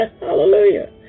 Hallelujah